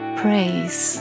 praise